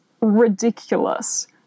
ridiculous